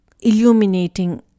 illuminating